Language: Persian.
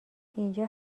اینجا